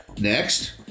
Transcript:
Next